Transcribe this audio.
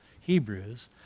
Hebrews